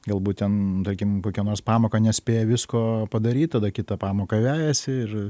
galbūt ten tarkim kokia nors pamoką nespėja visko padaryt tada kitą pamoką vejasi ir